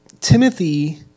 Timothy